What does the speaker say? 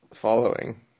following